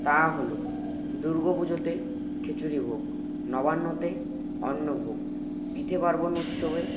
তা হলো দুর্গা পুজোতে খিচুড়ি ভোগ নবান্নতে অন্নভোগ পিঠে পার্বণ উৎসবে